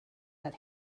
that